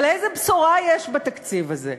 אבל איזה בשורה יש בתקציב הזה?